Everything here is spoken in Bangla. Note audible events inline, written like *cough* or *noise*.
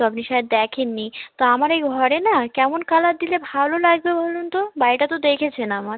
তো আপনি *unintelligible* দেখেন নি তো আমার এই ঘরে না কেমন কালার দিলে ভালো লাগবে বলুন তো বাড়িটা তো দেখেছেন আমার